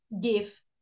give